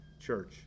church